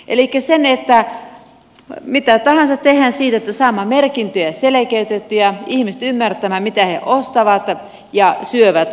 elikkä tehdään mitä tahansa että saamme merkintöjä selkeytettyä ja ihmiset ymmärtämään mitä he ostavat ja syövät